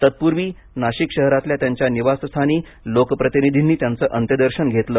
तत्पूर्वी नाशिक शहरातल्या त्यांच्या निवासस्थानी लोक प्रतिनिधींनी त्यांचं अंत्यदर्शन घेतलं